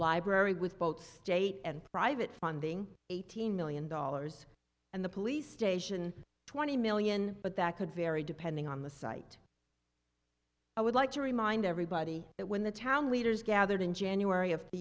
library with both state and private funding eighteen million dollars and the police station twenty million but that could vary depending on the site i would like to remind everybody that when the town leaders gathered in january of the